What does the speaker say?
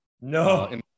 No